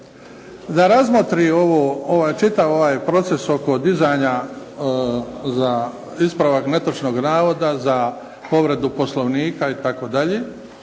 da razmotri čitav ovaj proces oko dizanja za ispravak netočnog navoda za povredu Poslovnika itd.